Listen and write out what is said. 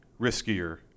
riskier